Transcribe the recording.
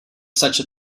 such